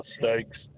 mistakes